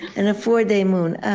and a four-day moon? oh,